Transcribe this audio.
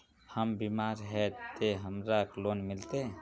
हम बीमार है ते हमरा लोन मिलते?